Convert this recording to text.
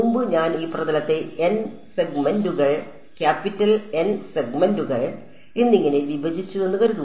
മുമ്പ് ഞാൻ ഈ പ്രതലത്തെ N സെഗ്മെന്റുകൾ ക്യാപിറ്റൽ N സെഗ്മെന്റുകൾ എന്നിങ്ങനെ വിഭജിച്ചുവെന്ന് കരുതുക